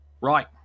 Right